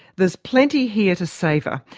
there's plenty here to savour,